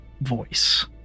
voice